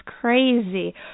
crazy